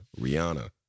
Rihanna